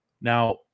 Now